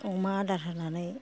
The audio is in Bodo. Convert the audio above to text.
अमा आदार होनानै